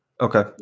Okay